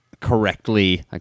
Correctly